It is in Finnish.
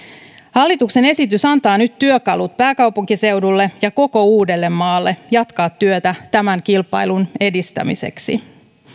hallituksen esitys antaa nyt työkalut pääkaupunkiseudulle ja koko uudellemaalle jatkaa työtä tämän kilpailun edistämiseksi